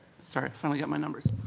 sorry, i finally got my numbers.